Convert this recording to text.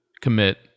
commit